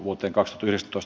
arvoisa puhemies